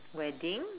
wedding